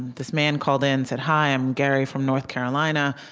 this man called in, said, hi, i'm gary from north carolina.